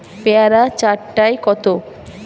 পেয়ারা চার টায় কত?